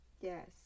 Yes